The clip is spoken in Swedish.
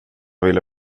ville